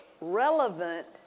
relevant